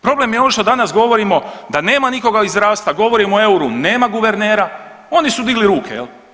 Problem je ovo što danas govorimo da nema nikoga iz zdravstva, govorimo o euro nema guvernera, oni su digli ruke jel.